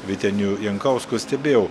vyteniu jankausku stebėjau